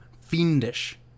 fiendish